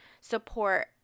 support